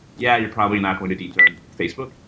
yeah, you're probably not going to de-throne facebook,